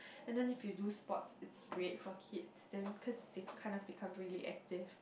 and then if you do sports it's great for kids then cause they kind of become really active